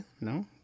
No